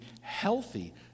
healthy